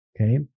Okay